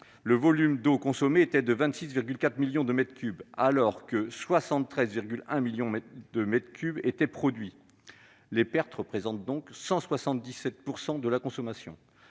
le volume d'eau consommé était de 26,4 millions de m, alors que 73,1 millions de m étaient produits. » Les pertes représentent donc 177 % de la consommation.